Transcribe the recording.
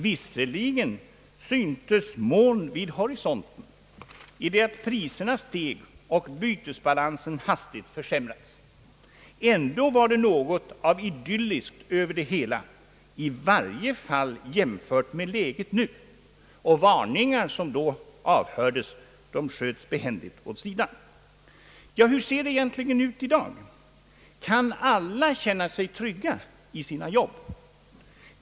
Visserligen syntes moln vid horisonten i det att priserna steg och bytesbalansen hastigt försämrades, men ändå var det något idylliskt i det hela, i varje fall jämfört med nu, och varningar som då avhördes sköts behändigt åt sidan. Hur ser det ut i dag? Kan alla känna sig trygga i sina jobb?